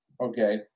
Okay